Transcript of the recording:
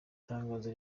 itangazo